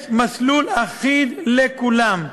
יש מסלול אחיד לכולם.